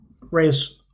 raise